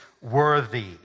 worthy